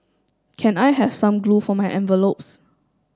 can I have some glue for my envelopes